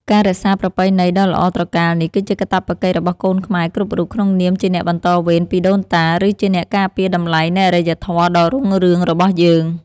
ការរក្សាប្រពៃណីដ៏ល្អត្រកាលនេះគឺជាកាតព្វកិច្ចរបស់កូនខ្មែរគ្រប់រូបក្នុងនាមជាអ្នកបន្តវេនពីដូនតា ឬជាអ្នកការពារតម្លៃនៃអរិយធម៌ដ៏រុងរឿងរបស់យើង។